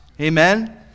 Amen